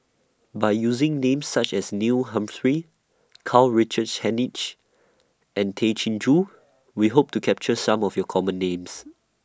By using Names such as Neil Humphreys Karl Richard Hanitsch and Tay Chin Joo We Hope to capture Some of YOU Common Names